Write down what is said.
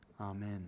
Amen